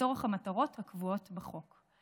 לצורך המטרות הקבועות בחוק.